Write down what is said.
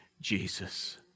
Jesus